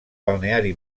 balneari